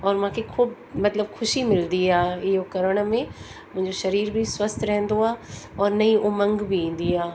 औरि मूंखे ख़ूबु मतिलबु ख़ुशी मिलंदी आहे इहो करण में मुंहिंजो शरीर बि स्वस्थ रहंदो आहे औरि नई उमंग बि ईंदी आहे